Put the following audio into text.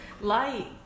light